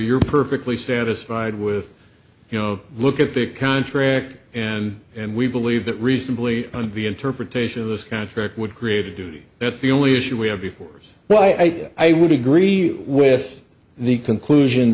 you're perfectly satisfied with you know look at the contract and and we believe that reasonably and the interpretation of this contract would create a duty that's the only issue we have before well i think i would agree with the conclusion